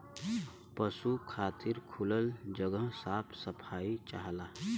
पसु खातिर खुलल जगह साफ सफाई चाहला